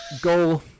Goal